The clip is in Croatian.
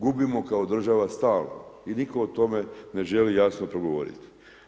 Gubimo kao država stalno i nitko o tome ne želi jasno progovoriti.